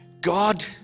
God